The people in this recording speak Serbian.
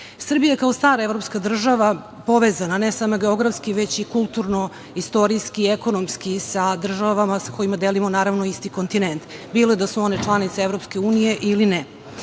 region. Srbija, kao stara evropska država, povezana ne samo geografski, već i kulturno-istorijski i ekonomski sa država sa kojima delimo, naravno, isti kontinent, bilo da su one članice EU ili ne,